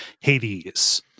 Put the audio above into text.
Hades